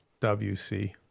WC